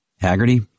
Haggerty